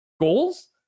goals